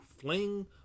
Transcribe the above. fling